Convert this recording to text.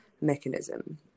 mechanism